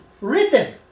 written